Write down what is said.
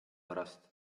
pärast